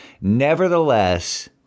Nevertheless